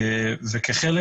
וכחלק